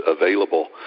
available